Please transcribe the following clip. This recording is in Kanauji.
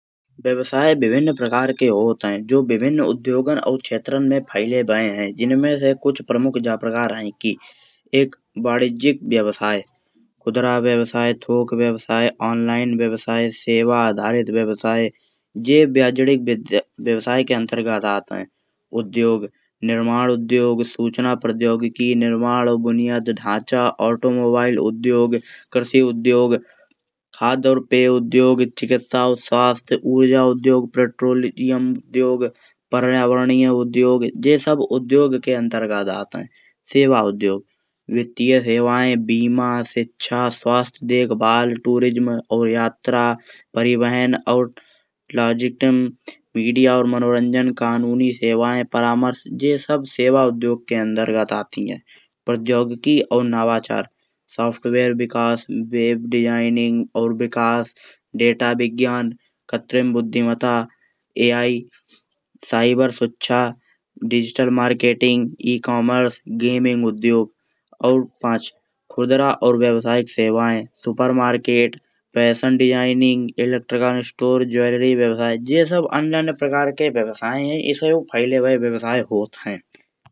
व्यवसाय विभिन्न प्रकार के होत है जो विभिन्न उद्योगन और क्षेत्रन में फैले भए हैं। जिनमें से कुछ ये प्रकार हैं कि एक व्यवसाय, खुदरा व्यवसाय, थोक व्यवसाय, ऑनलाइन व्यवसाय। सेवा आधारित व्यवसाय जे वयजडिक व्यवसाय के अंतर्गत आत हैं। उद्योग निर्माण उद्योग सूचना प्रौद्योगिकी निर्माण बुनियाद ढांचा ऑटोमोबाइल उद्योग, कृषि उद्योग, खाध और पेय उद्योग, चिकित्सा और स्वास्थ्य उद्योग। ऊर्जा उद्योग पेट्रोलियम उद्योग पर्यावरणीय उद्योग जे सब उद्योग के अंतर्गत आत हैं। सेवा उद्योग वित्तीय सेवाएं बीमा शिक्षा स्वास्थ्य देखभाल पर्यटन और यात्रा परिवहन। मीडिया और मनोरंजन कानून की सेवाएं परामर्श ये सब सेवा उद्योग के अंतर्गत आती हैं। प्रद्योगिकी और नवाचार सॉफ्टवेयर विकास वेब डिजाइनिंग और विकास डेटा विज्ञान कृत्रिम बुद्धिमत्ता। एआई साइबर सुरक्षा डिजिटल मार्केटिंग ई-कॉमर्स गेमिंग उद्योग। और पंच खुदरा और व्यावसायिक सेवाएं supermarket, fashion designing, electrical store, jewellery, व्यवसाय। ये सब अन्य अन्य प्रकार के व्यवसाय हैं इसौ फैले भए व्यवसाय होत हैं।